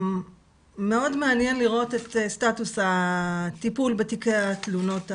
מאוד מעניין לראות את סטטוס הטיפול בתיקי התלונות המקוונות.